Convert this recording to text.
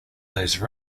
those